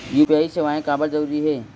UPI सेवाएं काबर जरूरी हे?